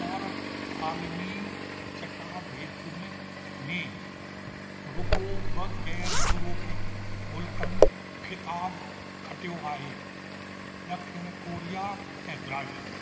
औरति आलिमी चटाभेटियुनि में रुगो॒ ब॒ गै़र यूरोपीयन मुलकनि ख़िताबु खटियो आहे ड॒खिण कोरिया ऐं ब्राजील